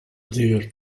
their